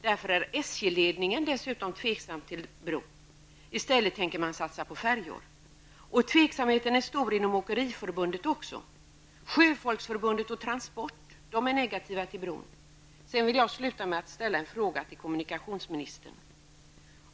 Därför är även SJ-ledningen tveksam till bron. Man tänker i stället satsa på färjor. Tveksamheten är stor även inom Åkeriförbundet. Sjöfolksförbundet och Transport är negativa till bron. Jag vill sluta med att ställa ytterligare en fråga till kommunikationsministern.